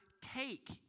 take